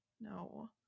No